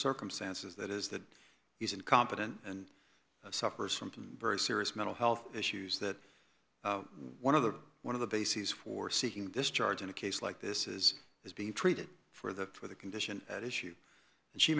circumstances that is that he's incompetent and suffers from two very serious mental health issues that one of the one of the bases for seeking discharge in a case like this is is being treated for the for the condition at issue and she